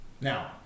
Now